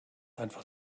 einfach